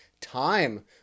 time